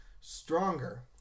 stronger